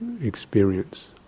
experience